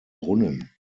brunnen